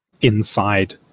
inside